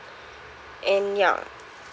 and ya